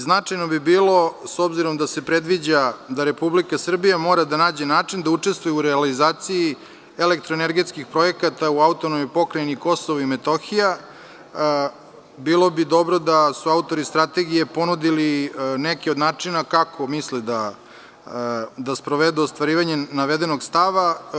Značajno bi bilo, s obzirom da se predviđa da Republika Srbija mora da nađe način da učestvuje u realizaciji elektro-energetskih objekata u AP Kosovo i Metohija, bilo bi dobro da su autori Strategije ponudili neke od načina kako misle da sprovedu ostvarivanje navedenog stava.